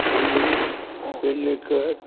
Bhumi Pednekar